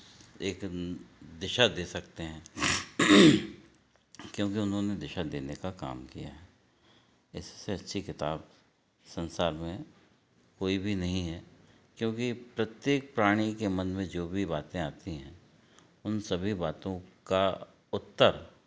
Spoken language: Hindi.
एक दिशा दे सकते हैं क्योंकि उन्होंने दिशा देने का काम किया है इससे अच्छी किताब संसार में कोई भी नहीं है क्योंकि प्रत्येक प्राणी के मन में जो भी बातें आती हैं उन सभी बातों का उत्तर